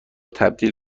تبدیل